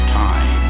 time